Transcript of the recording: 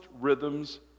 rhythms